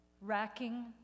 racking